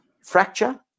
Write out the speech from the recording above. fracture